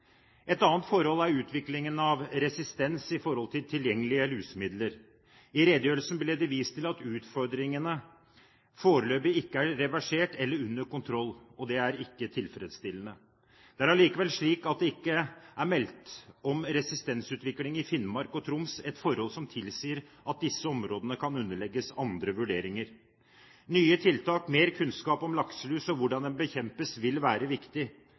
Et annet forhold er utviklingen av resistens når det gjelder tilgjengelige lusemidler. I redegjørelsen ble det vist til at utfordringene foreløpig ikke er reversert eller under kontroll, og det er ikke tilfredsstillende. Det er allikevel slik at det ikke er meldt om resistensutvikling i Finnmark og Troms, et forhold som tilsier at disse områdene kan underlegges andre vurderinger. Nye tiltak, mer kunnskap om lakselus og hvordan den bekjempes vil være viktig.